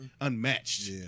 unmatched